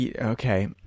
Okay